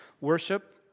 worship